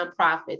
nonprofits